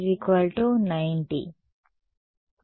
కాబట్టి |R| 1 అవుతుంది